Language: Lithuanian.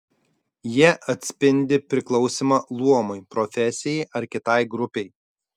jie atspindi priklausymą luomui profesijai ar kitai grupei